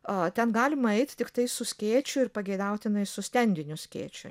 a ten galima eiti tiktai su skėčiu ir pageidautinai su stendiniu skėčiu